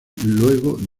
luego